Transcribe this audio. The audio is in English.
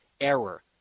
error